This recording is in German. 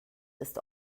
ist